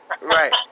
Right